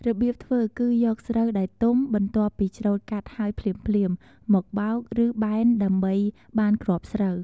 របៀបធ្វើគឺយកស្រូវដែលទុំ បន្ទាប់ពីច្រូតកាត់ហើយភ្លាមៗ មកបោក ឬបែនដើម្បីបានគ្រាប់ស្រូវ។